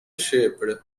shaped